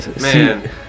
Man